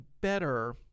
better